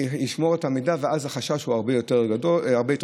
ישמור את המידע, ואז החשש הרבה יותר קטן.